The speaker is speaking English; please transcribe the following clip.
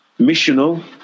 missional